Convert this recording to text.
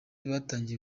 batangiye